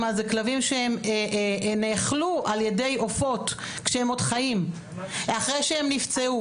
זה כלבים שהם נאכלו על ידי עופות כשהם עוד חיים אחרי שהם נפצעו.